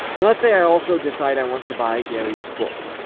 and let's say i also decide i want to buy gary's book.